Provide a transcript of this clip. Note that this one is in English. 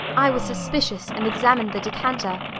i was suspicious, and examined the decanter.